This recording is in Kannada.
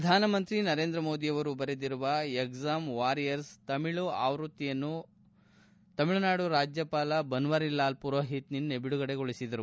ಪ್ರಧಾನಮಂತ್ರಿ ನರೇಂದ್ರ ಮೋದಿ ಅವರು ಬರೆದಿರುವ ಎಕ್ಷಾಂ ವಾರಿಯರ್ಸ್ ತಮಿಳು ಆವೃತ್ತಿಯ ಪುಸ್ತಕವನ್ನು ತಮಿಳುನಾಡು ರಾಜ್ಜಪಾಲ ಬನ್ವಾರಿಲಾಲ್ ಪುರೋಹಿತ್ ನಿನ್ನೆ ಬಿಡುಗಡೆಗೊಳಿಸಿದರು